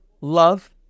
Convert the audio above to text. love